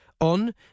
on